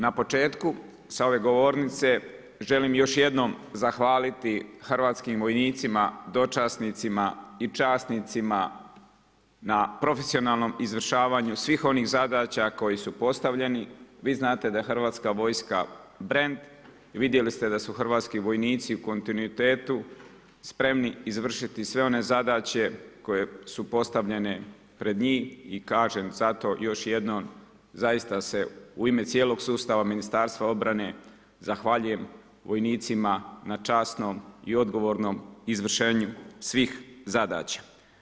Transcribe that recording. Na početku sa ove govornice želim još jednom zahvaliti hrvatskim vojnicima, dočasnicima i časnicima na profesionalnom izvršavanju svih onih zadaća koje su postavljene, vi znate da je hrvatska vojska brand, vidjeli ste da su hrvatski vojnici u kontinuitetu spremni izvršiti sve one zadaće koje su postavljene pred njih i kažem zato još jednom zaista se u ime cijelog sustava Ministarstva obrane zahvaljujem vojnicima na časnom i odgovornom izvršenju svih zadaća.